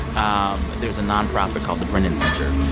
um there's a nonprofit called the brennan center.